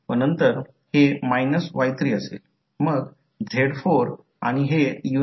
आता म्युच्युअल व्होल्टेजची पोलारिटी ही एकमेव गोष्ट आहे की आपल्याला पहावी लागेल की ते आहे किंवा आहे